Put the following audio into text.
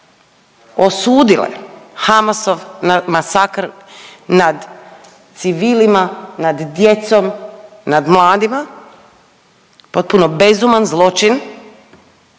osudile Hamasov masakr nad civilima, nad djecom, nad mladima potpuno bezuman zločin,